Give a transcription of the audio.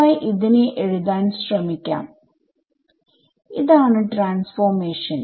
xy ഇതിനെ എഴുതാൻ ശ്രമിക്കാം ഇതാണ് ട്രാൻസ്ഫോർമേഷൻ